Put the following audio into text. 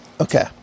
okay